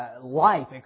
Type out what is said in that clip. Life